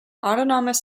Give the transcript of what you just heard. autonomous